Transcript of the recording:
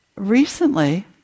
Recently